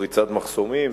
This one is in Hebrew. פריצת מחסומים,